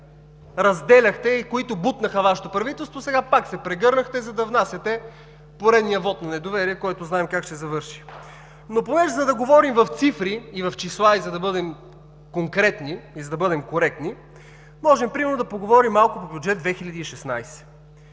разделяхте и които бутнаха Вашето правителство, сега пак се прегърнахте, за да внасяте поредния вот на недоверие, който знаем как ще завърши. Но понеже говорим в цифри и числа, за да бъдем конкретни и коректни, можем малко да поговорим за Бюджет 2016